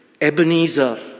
Ebenezer